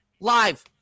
live